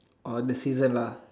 on the season lah